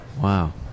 Wow